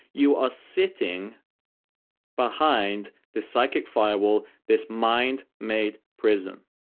you are sitting behind this psychic firewall, this mind made prison.